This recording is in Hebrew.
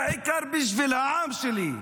בעיקר בשביל העם שלי,